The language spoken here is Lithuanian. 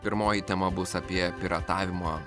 pirmoji tema bus apie piratavimą